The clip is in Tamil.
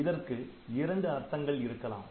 இதற்கு இரண்டு அர்த்தங்கள் இருக்கலாம்